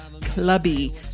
clubby